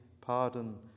pardon